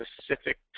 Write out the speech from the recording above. specific